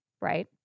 Right